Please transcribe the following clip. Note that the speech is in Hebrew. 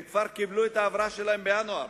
הם כבר קיבלו את ההבראה שלהם בינואר.